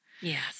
Yes